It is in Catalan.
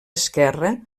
esquerra